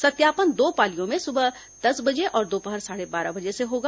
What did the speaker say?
सत्यापन दो पालियों में सुबह दस बजे और दोपहर साढ़े बारह बजे से होगा